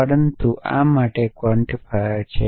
પરંતુ આ માટે ક્વોન્ટિફાયર છે